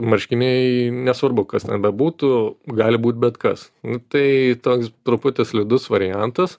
marškiniai nesvarbu kas ten bebūtų gali būti bet kas tai toks truputį slidus variantas